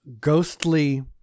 ghostly